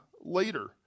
later